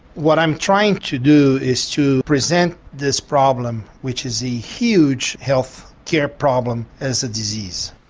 what i'm trying to do is to present this problem which is a huge health care problem as a disease.